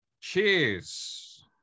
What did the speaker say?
Cheers